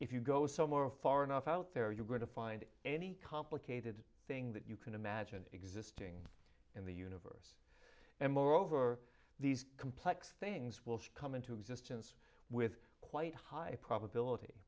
if you go so more far enough out there you're going to find any complicated thing that you can imagine existing in the universe and moreover these complex things will come into existence with quite high probability